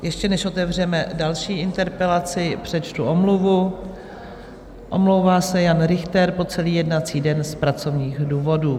Ještě než otevřeme další interpelaci, přečtu omluvu: omlouvá se Jan Richter po celý jednací den z pracovních důvodů.